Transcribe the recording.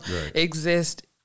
exist